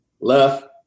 Left